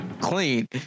clean